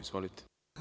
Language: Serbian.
Izvolite.